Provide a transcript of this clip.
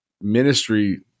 ministry